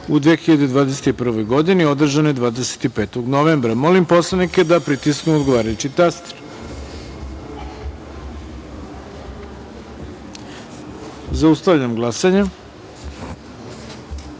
u 2021. godini, održane 25. novembra. Molim poslanike da pritisnu odgovarajući taster. Zaustavljam glasanje: